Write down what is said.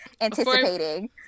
anticipating